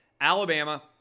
Alabama